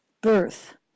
birth